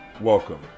welcome